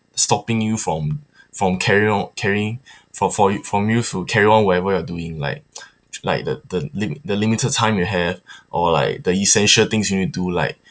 stopping you from from carrying on carrying for for you from you to carry on whatever you are doing like like the the limit the limited time you have or like the essential things you need to do like